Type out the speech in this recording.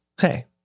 Hey